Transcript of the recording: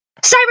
Cyber